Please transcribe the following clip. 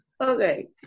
Okay